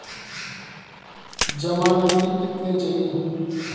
ज़मानती कितने चाहिये?